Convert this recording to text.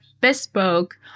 bespoke